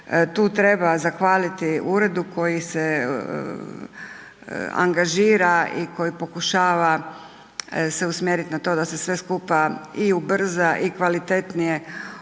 Tu treba zahvaliti uredu koji se angažira i koji pokušava se usmjeriti na to da se sve skupa i ubrza i kvalitetnije